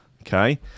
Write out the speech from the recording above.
okay